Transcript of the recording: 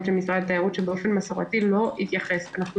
של משרד התיירות שבאופן מסורתי לא התייחס לכך.